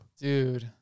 dude